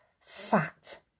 fat